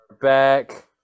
back